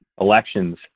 elections